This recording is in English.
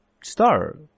Star